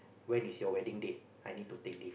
when is your wedding day I need to take leave